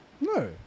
No